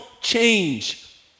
change